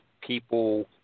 people